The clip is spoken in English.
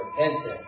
repentance